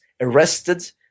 arrested